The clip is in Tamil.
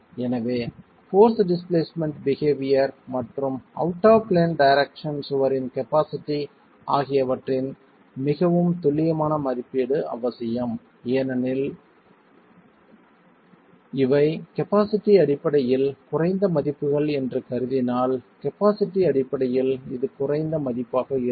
எனவே போர்ஸ் டிஸ்பிளேஸ்மென்ட் பிஹேவியர் மற்றும் அவுட் ஆப் பிளான் டைரக்சன் சுவரின் கபாஸிட்டி ஆகியவற்றின் மிகவும் துல்லியமான மதிப்பீடு அவசியம் ஏனெனில் இவை கபாஸிட்டி அடிப்படையில் குறைந்த மதிப்புகள் என்று கருதினால் கபாஸிட்டி அடிப்படையில் இது குறைந்த மதிப்பாக இருக்கும்